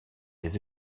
les